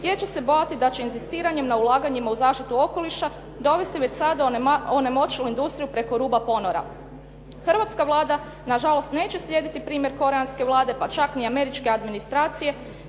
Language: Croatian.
jer će se bojati da će inzistiranjem na ulaganjima u zaštitu okoliša dovesti već sada onemoćalu industriju preko ruba ponora. Hrvatska Vlada nažalost neće slijediti primjer koreanske Vlade pa čak mi Američke administracije,